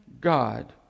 God